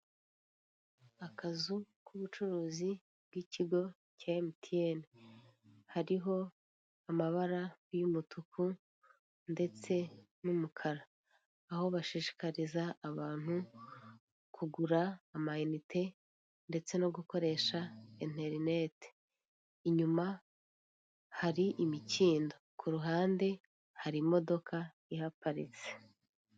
Akazu k'ubucuruzi bw'ikigo cya MTN, hariho amabara y'umutuku ndetse n'umukara, aho bashishikariza abantu kugura amainite ndetse no gukoresha interinete, inyuma hari imikindo, kuruhande hari imodoka ihaparitse.